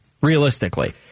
realistically